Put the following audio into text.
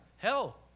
hell